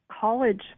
college